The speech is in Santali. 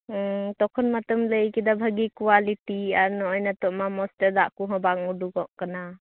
ᱚᱸ ᱛᱚᱠᱷᱚᱱ ᱢᱟᱛᱚᱢ ᱞᱟ ᱭ ᱠᱮᱫᱟ ᱵᱷᱟ ᱜᱮ ᱠᱳᱣᱟᱞᱤᱴᱤ ᱟᱨ ᱱᱚᱜᱼᱚᱭ ᱱᱮᱛᱚᱜ ᱢᱟ ᱢᱚᱸᱡᱽ ᱛᱮ ᱫᱟᱜ ᱠᱚᱦᱚᱸ ᱵᱟᱝ ᱩᱰᱩᱠᱚᱜ ᱠᱟᱱᱟ